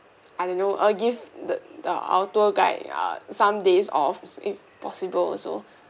I don't know uh give the the our tour guide ah some days off if possible also